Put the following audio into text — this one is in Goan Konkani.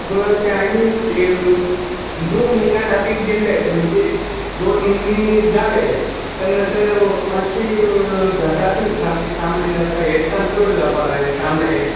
पूण ते आनी ते दोन म्हयन्या खातीर दिल्ले म्हणजे दोन म्हयने जाले तेन्ना ते मात्शे जाताच सामके तांबडे जाता हे सान चड जावपा लागले तांबडे